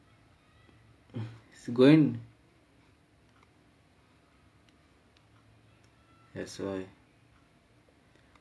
go in that's why